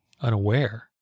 unaware